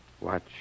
Watch